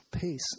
peace